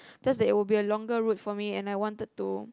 just that I would be a longer route for me and I wanted to